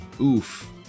Oof